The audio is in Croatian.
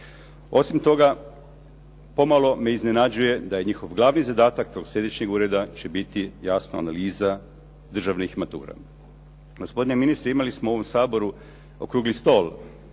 Osim toga, pomalo me iznenađuje da njihov glavni zadatak tog središnjeg ureda će biti jasno analiza državnih matura. Gospodine ministre, imali smo u ovom Saboru okrugli stol,